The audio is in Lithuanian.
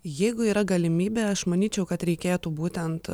jeigu yra galimybė aš manyčiau kad reikėtų būtent